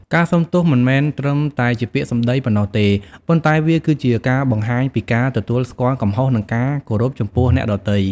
ការសុំទោសមិនមែនត្រឹមតែជាពាក្យសម្ដីប៉ុណ្ណោះទេ ប៉ុន្តែវាគឺជាការបង្ហាញពីការទទួលស្គាល់កំហុស និងការគោរពចំពោះអ្នកដទៃ។